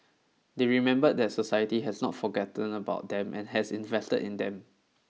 they remember that society has not forgotten about them and has invested in them